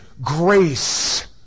grace